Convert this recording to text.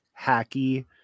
hacky